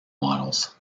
models